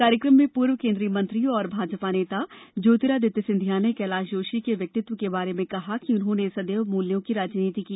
कार्यक्रम में पूर्व केंद्रीय मंत्री और भाजपा नेता ज्योतिरादित्य सिंधिया ने कैलाश जोशी के व्यक्तिव के बारे में कहा कि उन्होंने सदैव मूल्यों की राजनीति की